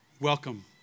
Welcome